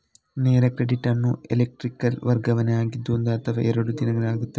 ನೇರ ಕ್ರೆಡಿಟ್ ಅನ್ನುದು ಎಲೆಕ್ಟ್ರಾನಿಕ್ ವರ್ಗಾವಣೆ ಆಗಿದ್ದು ಒಂದು ಅಥವಾ ಎರಡು ದಿನದಲ್ಲಿ ಆಗ್ತದೆ